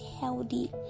healthy